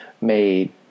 made